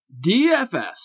DFS